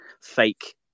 fake